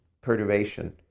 perturbation